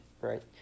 right